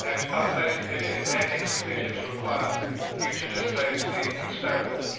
know, it's part most committees, ethics committees require you to disclose the experiment.